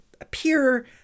appear